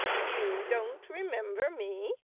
you don't remember me?